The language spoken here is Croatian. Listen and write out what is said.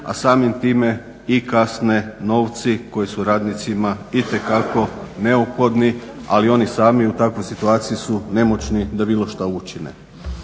a samim time i kasne novci koji su radnicima itekako neophodni ali oni sami u takvoj situaciji nemoćni da bilo šta učine.